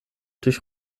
durch